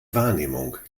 wahrnehmung